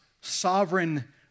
Sovereign